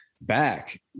back